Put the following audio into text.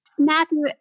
Matthew